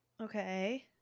Okay